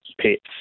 pets